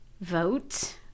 vote